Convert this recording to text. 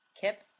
Kip